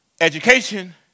education